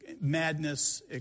madness